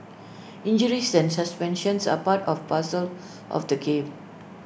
injuries centre suspensions are part of parcel of the game